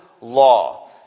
law